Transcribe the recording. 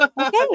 Okay